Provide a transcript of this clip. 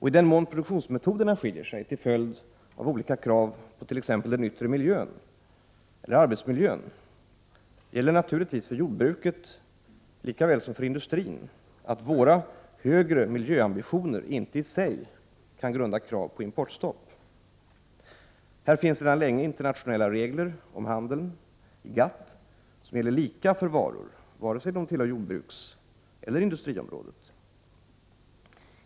I den mån produktionsmetoderna skiljer sig till följd av olika krav på t.ex. den yttre miljön eller arbetsmiljön gäller naturligtvis för jordbruket lika väl som för industrin att våra högre miljöambitioner inte i sig kan grunda krav på importstopp. Här finns sedan länge internationella regler om handeln i GATT, som gäller lika för varor, vare sig de tillhör jordbrukseller industriområdet.